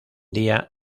día